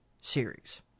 series